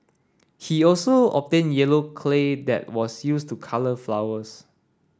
he also obtained yellow clay that was used to colour flowers